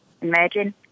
Imagine